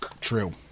true